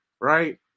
right